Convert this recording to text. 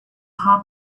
hard